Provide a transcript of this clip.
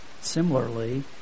Similarly